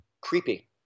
creepy